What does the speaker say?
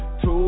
Two